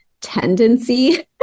tendency